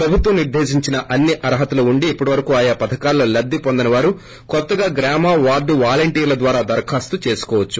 ప్రభుత్వం నిర్దేశించిన అన్ని అర్హతలు ఉండి ఇప్పటివరకు ఆయా పధకాల్లో లబ్లిపొందని వారు కొత్తగా గ్రామ వార్డు వాలింటీర్ల ద్వారా దరఖాస్తు చేసుకోవచ్చు